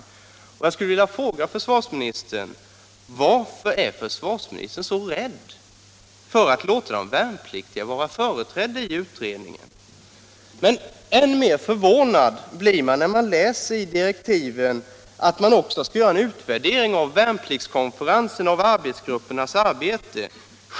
Jag skulle vilja — för de värnpliktigas fråga försvarsministern: Varför är försvarsministern så rädd för att låta — medinflytande de värnpliktiga vara företrädda i utredningen? I direktiven sägs också att man skall göra en utvärdering av värnpliktskonferenserna och av arbetsgruppernas arbete.